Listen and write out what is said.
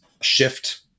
shift